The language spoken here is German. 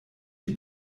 die